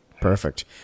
Perfect